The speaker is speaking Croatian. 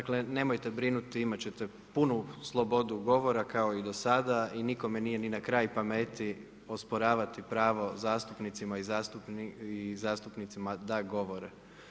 Dakle nemojte brinuti imat ćete punu slobodu govora kao i do sada i nikome nije ni na kraj pameti osporavati pravo zastupnicima i zastupnicama da govore.